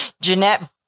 Jeanette